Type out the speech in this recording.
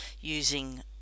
using